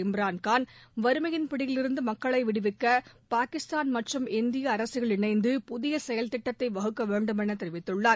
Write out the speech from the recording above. இம்ரான்கான் வறுமையின் பிடியிலிருந்து மக்களை விடுவிக்க பாகிஸ்தான் மற்றும் இந்திய அரசுகள் இணைந்து புதிய செயல் திட்டத்தை வகுக்க வேண்டும் என தெரிவித்துள்ளார்